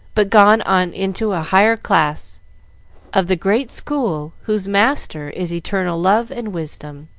but gone on into a higher class of the great school whose master is eternal love and wisdom.